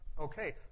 okay